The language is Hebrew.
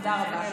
תודה רבה.